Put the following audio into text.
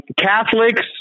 Catholics